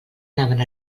anaven